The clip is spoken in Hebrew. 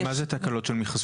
מה זה תקלות של מכשור?